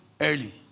early